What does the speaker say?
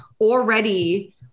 already